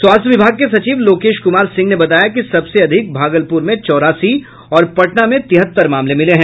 स्वास्थ्य विभाग के सचिव लोकेश कुमार सिंह ने बताया कि सबसे अधिक भागलपुर में चौरासी और पटना में तिहत्तर मामले मिले हैं